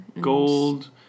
Gold